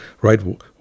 right